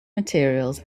materials